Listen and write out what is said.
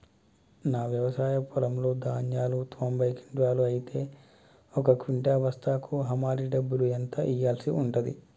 నా వ్యవసాయ పొలంలో ధాన్యాలు తొంభై క్వింటాలు అయితే ఒక క్వింటా బస్తాకు హమాలీ డబ్బులు ఎంత ఇయ్యాల్సి ఉంటది?